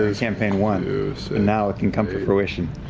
ah campaign one, and now it can come to fruition.